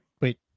wait